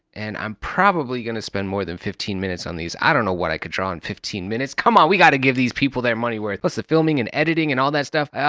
and i'm probably gonna spend more than fifteen minutes on these. i don't know what i could draw in and fifteen minutes. come on, we got to give these people their money worth. plus the filming and editing and all that stuff, ah,